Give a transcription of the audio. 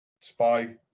spy